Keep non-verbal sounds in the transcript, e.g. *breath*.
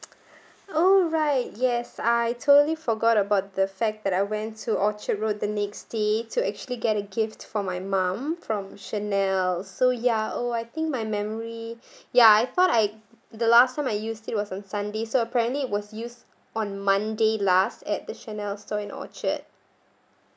*noise* oh right yes I totally forgot about the fact that I went to orchard road the next day to actually get a gift for my mum from Chanel so ya oh I think my memory *breath* ya I thought I the last time I used it was on sunday so apparently it was used on monday last at the Chanel store in orchard